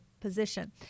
position